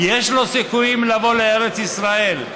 יש לו סיכויים לבוא לארץ ישראל.